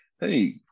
hey